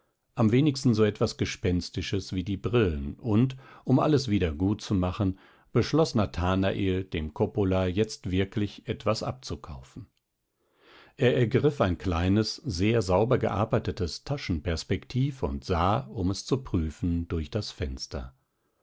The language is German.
am wenigsten so etwas gespenstisches wie die brillen und um alles wieder gutzumachen beschloß nathanael dem coppola jetzt wirklich etwas abzukaufen er ergriff ein kleines sehr sauber gearbeitetes taschenperspektiv und sah um es zu prüfen durch das fenster